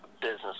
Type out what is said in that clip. business